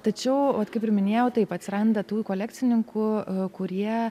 tačiau kaip ir minėjau taip atsiranda tų kolekcininkų kurie